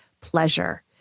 pleasure